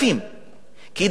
כי דעתם לא נשמעה,